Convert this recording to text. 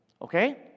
Okay